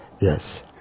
Yes